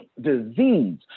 disease